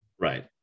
right